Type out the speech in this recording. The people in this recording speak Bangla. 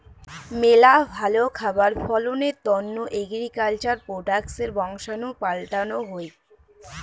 মেলা ভালো খাবার ফলনের তন্ন এগ্রিকালচার প্রোডাক্টসের বংশাণু পাল্টানো হই